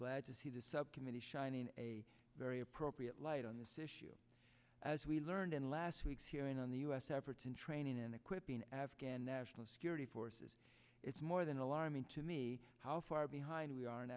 glad to see the subcommittee shining a very appropriate light on this issue as we learned in last week's hearing on the u s efforts in training and equipping afghan national security forces it's more than alarming to me how far behind we are